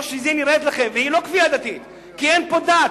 זו לא כפייה דתית כי אין פה דת,